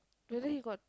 today he got